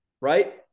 right